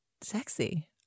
sexy